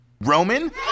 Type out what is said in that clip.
Roman